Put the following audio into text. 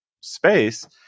space